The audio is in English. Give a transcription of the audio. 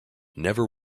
never